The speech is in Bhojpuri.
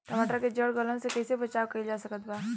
टमाटर के जड़ गलन से कैसे बचाव कइल जा सकत बा?